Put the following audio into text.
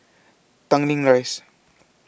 Tanglin Rise